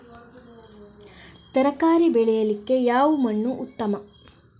ತರಕಾರಿ ಬೆಳೆಯಲಿಕ್ಕೆ ಯಾವ ಮಣ್ಣು ಉತ್ತಮ?